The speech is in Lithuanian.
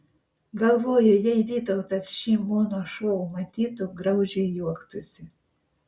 galvoju jei vytautas šį mono šou matytų graudžiai juoktųsi